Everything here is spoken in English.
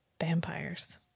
vampires